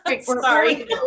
Sorry